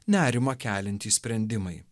nerimą keliantys sprendimai